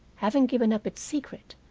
having given up its secret,